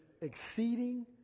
exceeding